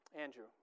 Andrew